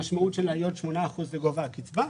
המשמעות שלה היא עוד שמונה אחוזים לגובה הקצבה.